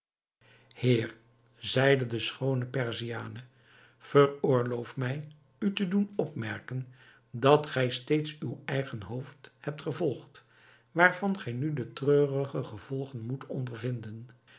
heer zeide de schoone perziane veroorloof mij u te doen opmerken dat gij steeds uw eigen hoofd hebt gevolgd waarvan gij nu de treurige gevolgen moet ondervinden